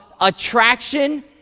attraction